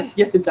yes, it does,